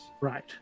right